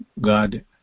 God